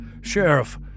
Sheriff